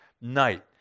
night